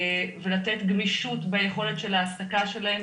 ולתת גמישות ביכולת של ההעסקה שלהם,